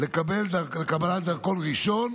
לקבלת דרכון ראשון